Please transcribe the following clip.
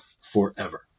forever